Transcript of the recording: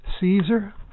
Caesar